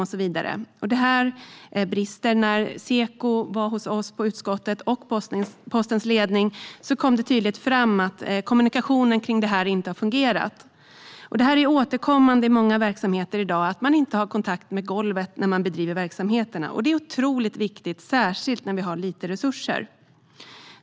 När Seko och postens ledning var hos oss i utskottet kom det tydligt fram att kommunikationen kring detta inte har fungerat. Detta är återkommande i många verksamheter i dag: att man inte har kontakt med golvet när verksamheten bedrivs. Det är otroligt viktigt, särskilt när vi har lite resurser.